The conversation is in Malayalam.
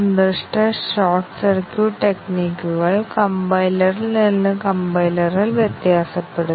പക്ഷേ ഞങ്ങൾ സ്റ്റേറ്റ്മെന്റ് ബ്രാഞ്ച് കവറേജ് ചെയ്യുകയാണെങ്കിൽ ഞങ്ങൾ ഇതിനകം പറഞ്ഞ സ്റ്റേറ്റ്മെന്റ് കവറേജ് നിങ്ങൾ ചെയ്യേണ്ടതില്ല